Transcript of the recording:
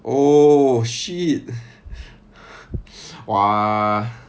oh shit !wah!